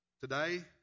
today